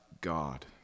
God